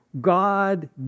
God